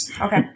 Okay